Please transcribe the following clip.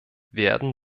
werden